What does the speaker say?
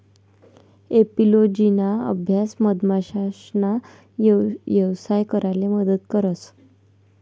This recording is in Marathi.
एपिओलोजिना अभ्यास मधमाशासना यवसाय कराले मदत करस